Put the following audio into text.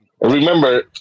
Remember